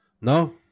No